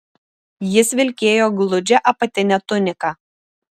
jis vilkėjo gludžią apatinę tuniką